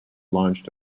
launched